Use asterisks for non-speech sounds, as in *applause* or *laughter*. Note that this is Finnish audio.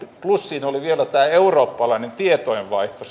plus siinä oli vielä sen lisäksi tämä eurooppalainen tietojenvaihto *unintelligible*